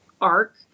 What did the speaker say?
arc